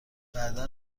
بعدا